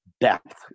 depth